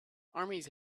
armies